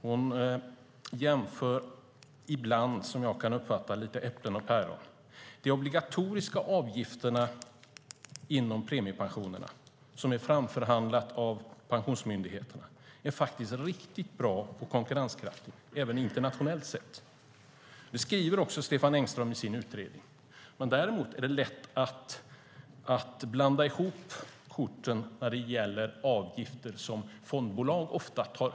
Hon jämför ibland, som jag kan uppfatta det, lite grann äpplen och päron. De obligatoriska avgifterna inom premiepensionerna är framförhandlade av Pensionsmyndigheten är riktigt bra och konkurrenskraftiga även internationellt sett. Det skriver också Stefan Engström i sin utredning. Däremot är det lätt att blanda ihop korten när det gäller avgifter som fondbolag ofta tar.